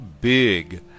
big